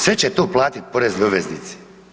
Sve će to platiti porezni obveznici.